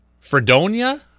Fredonia